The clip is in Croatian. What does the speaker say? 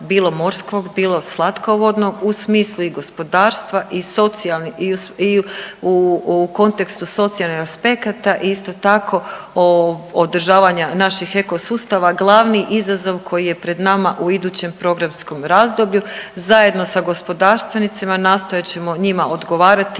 bilo morskog, bilo slatkovodnog u smislu i gospodarstva i socijalne i u kontekstu socijalnih aspekata isto tako održavanja naših ekosustava glavni izazov koji je pred nama u idućem programskom razdoblju. Zajedno sa gospodarstvenicima nastojat ćemo njima odgovarati